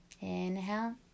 Inhale